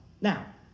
Now